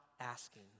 asking